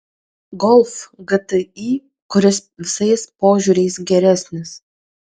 golf gti kuris visais požiūriais geresnis